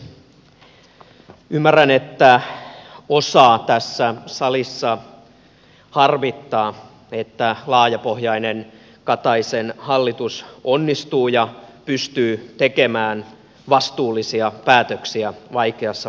ymmärrän että osaa tässä salissa harmittaa se että laajapohjainen kataisen hallitus onnistuu ja pystyy tekemään vastuullisia päätöksiä vaikeassa paikassa